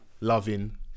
loving